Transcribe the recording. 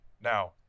Now